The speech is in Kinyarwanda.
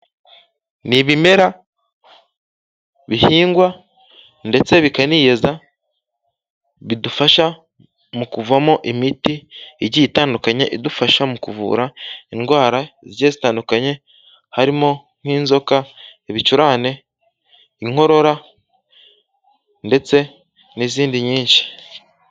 Ni ibimera bihingwa ndetse bikaniyeza, bidufasha mu kuvamo imiti igiye itandukanye, idufasha mu kuvura indwara zigiye zitandukanye, harimo nk'inzoka, ibicurane, inkorora ndetse n'izindi nyinshi.